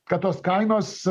kad tos kainos